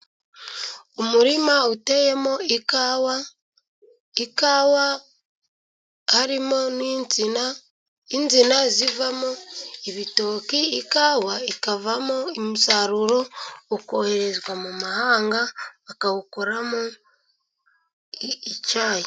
Umurima uteyemo ikawa, ikawa harimo n'insina, insina zivamo ibitoki, ikawa ikavamo umusaruro ukoherezwa mu mahanga bakawukoramo icyayi.